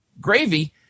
gravy